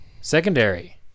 Secondary